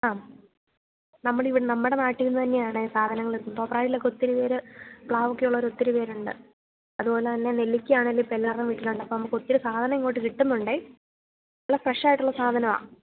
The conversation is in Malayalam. ആം നമ്മുടെ ഇവിടെ നിന്ന് നമ്മുടെ നാട്ടിൽ നിന്ന് തന്നെയാണ് സാധനങ്ങളെത്തുന്നത് തോപ്രാംകുടിയിൽ ഒക്കെ ഒത്തിരി പേര് പ്ലാവൊക്കെ ഉള്ളവർ ഒത്തിരി പേരുണ്ട് അതുപോലെതന്നെ നെല്ലിക്കയാണേലും ഇപ്പം എല്ലാവരുടെയും വീട്ടിലും ഉണ്ട് ഇപ്പം നമുക്ക് ഒത്തിരി സാധനം ഇങ്ങോട്ട് കിട്ടുന്നുണ്ട് നല്ല ഫ്രഷായിട്ടുള്ള സാധനമാണ്